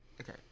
Okay